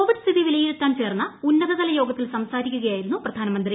Covid സ്ഥിതി വിലയിരുത്താൻ ചേർന്ന ഉന്നതതല യോഗത്തിൽ സംസാരിക്കുകയായിരുന്നു പ്രധാനമന്ത്രി